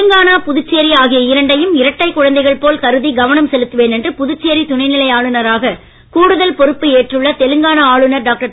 தெலங்கானா புதுச்சேரி ஆகிய இரண்டையும் இரட்டைக் குழந்தைகள் போல் கருதி கவனம் செலுத்துவேன் என்று புதுச்சேரி துணைநிலை ஆளுனராக கூடுதல் பொறுப்பு ஏற்றுள்ள தெலங்கானா ஆளுனர் டாக்டர்